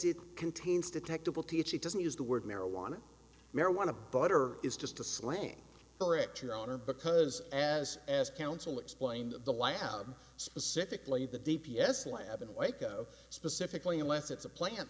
it contains detectable teach it doesn't use the word marijuana marijuana butter is just a slang for it your honor because as as counsel explained the lab specifically the d p s lab in waco specifically unless it's a plant